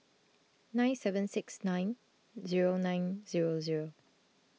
nine seven six nine zero nine zero zero